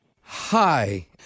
Hi